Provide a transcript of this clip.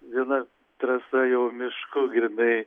viena trasa jau mišku grynai